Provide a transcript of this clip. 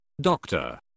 doctor